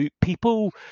people